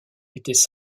étaient